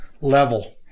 level